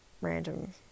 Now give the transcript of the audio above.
random